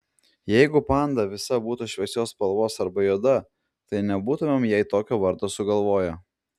jeigu panda visa būtų šviesios spalvos arba juoda tai nebūtumėm jai tokio vardo sugalvoję